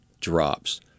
drops